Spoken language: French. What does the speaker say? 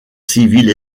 civile